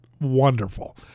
wonderful